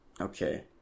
Okay